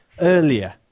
earlier